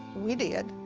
we did.